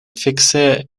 fikse